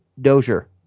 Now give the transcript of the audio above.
Dozier